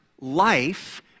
life